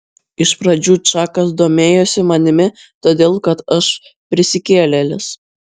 iš pradžių čakas domėjosi manimi todėl kad aš prisikėlėlis